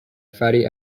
fatty